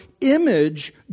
image